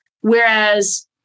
Whereas